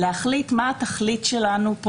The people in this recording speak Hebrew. להחליט מה התכלית שלנו,